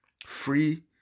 free